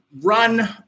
run